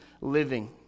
living